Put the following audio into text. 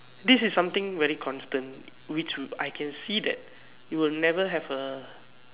this is something very constant which would I can see that it will never have a